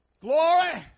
Glory